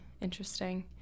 Interesting